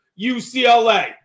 UCLA